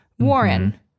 Warren